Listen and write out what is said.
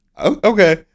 Okay